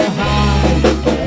high